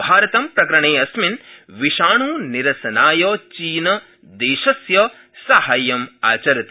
भारतं प्रकरणक्ष्मिन् विषाणुनिरसनाय चीनदश्तिय साहाय्यम् आचरति